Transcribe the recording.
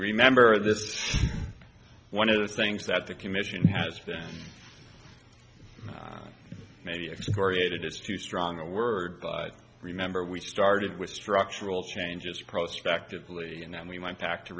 remember this one of the things that the commission has been maybe excoriated it's too strong a word but remember we started with structural changes prospected plea and then we went back to